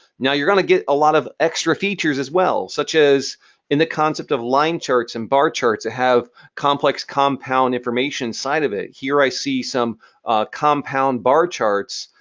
now, you're going to get a lot of extra features as well such as in the concept of line charts and bar charts that have complex compound information inside of it. here, i see some compound bar charts,